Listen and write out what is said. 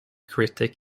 critic